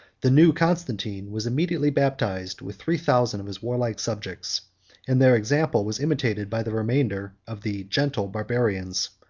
the new constantine was immediately baptized, with three thousand of his warlike subjects and their example was imitated by the remainder of the gentle barbarians,